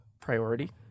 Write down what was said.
priority